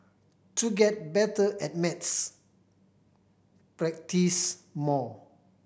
to get better at maths practise more